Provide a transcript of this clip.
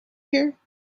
here